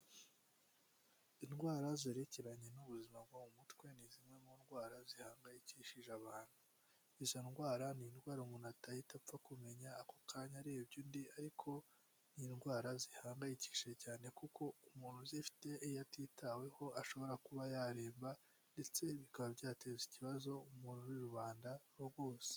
Indwara zerekeranye n'ubuzima bwo mu mutwe ni zimwe mu ndwara zihangayikishije abantu, izo ndwara ni indwara umuntu atahita apfa kumenya ako kanya arebye undi ariko ni indwara zihangayikishije cyane kuko umuntu uzifite iyo atitaweho ashobora kuba yaremba ndetse bikaba byateza ikibazo muri rubanda rwose.